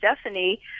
Stephanie